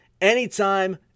anytime